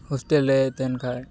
hostel ᱨᱮᱭ ᱛᱟᱦᱮᱱ ᱠᱷᱟᱡ